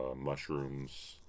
mushrooms